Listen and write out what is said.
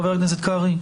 חבר הכנסת קרעי,